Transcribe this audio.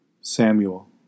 Samuel